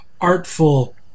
artful